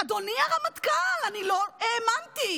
אדוני הרמטכ"ל, אני לא האמנתי.